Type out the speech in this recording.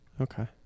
Okay